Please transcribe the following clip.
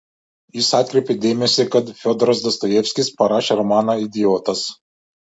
jis atkreipė dėmesį kad fiodoras dostojevskis parašė romaną idiotas